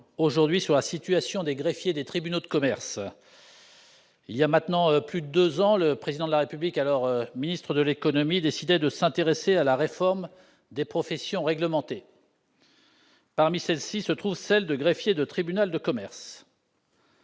attention sur la situation des greffiers des tribunaux de commerce. Il y a maintenant plus de deux ans, le Président de la République, alors ministre de l'économie, décidait de s'intéresser à la réforme des professions réglementées, dont celle de greffier de tribunal de commerce.